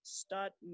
start